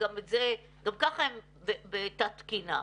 גם ככה הם בתת תקינה.